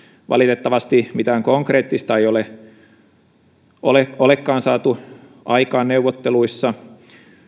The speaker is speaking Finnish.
valitettavasti mitään konkreettista ei olekaan saatu aikaan neuvotteluissa